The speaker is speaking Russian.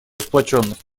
сплоченность